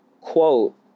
quote